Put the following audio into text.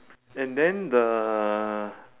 and then the